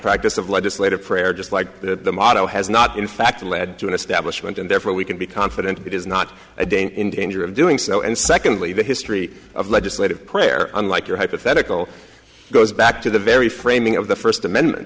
practice of legislative prayer just like the motto has not in fact lead to an establishment and therefore we can be confident it is not a danger in danger of doing so and secondly the history of legislative prayer unlike your hypothetical goes back to the very framing of the first amendment